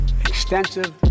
extensive